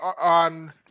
On